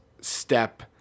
step